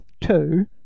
two